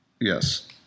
Yes